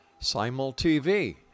Simultv